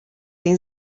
این